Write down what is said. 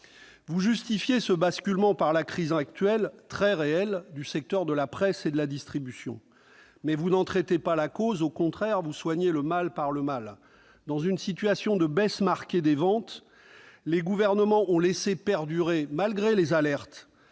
Vous justifiez ce basculement par la crise actuelle, très réelle, du secteur de la presse et de la distribution, mais vous n'en traitez pas la cause ; au contraire, vous soignez le mal par le mal. Dans une situation de baisse marquée des ventes, les gouvernements ont laissé perdurer, malgré les alertes,